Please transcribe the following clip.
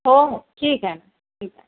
हो हो ठीक आहे ठीक आहे